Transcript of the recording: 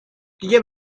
دیگه